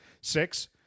six